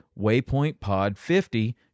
waypointpod50